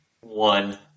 one